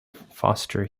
foster